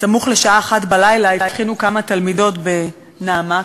סמוך לשעה 01:00 הבחינו כמה תלמידות בנעמה,